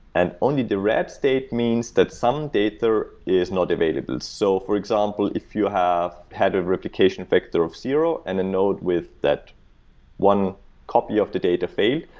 and only the red state means that some data is not available. so for example, if you have had a replication factor of zero and a node with that one copy of the data fail,